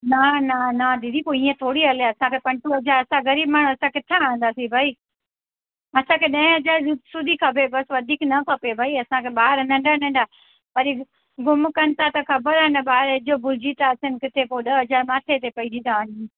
न न न दीदी पोइ ईअं थोरी हले असांखे पंज सौ हज़ार असां ग़रीब माण्हू असां किथां आणींदासीं भई असांखे ॾहें हज़ार जी सुठी खपे बसि वधीक न खपे भई असांखे ॿार नंढा नंढा वरी ग़ुम कनि था त ख़बर आहे न ॿार एजो भुलिजी था अचनि काथे त ॾह हज़ार माथे ते था पइजी वञनि